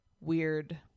weird